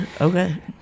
okay